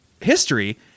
history